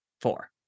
four